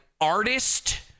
artist